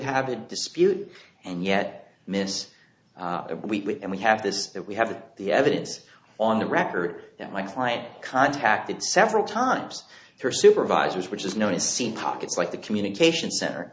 have a dispute and yet miss we we have this that we have the evidence on the record that my client contacted several times her supervisors which is known as seen pockets like the communications center